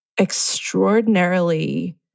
extraordinarily